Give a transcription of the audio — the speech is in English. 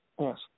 Yes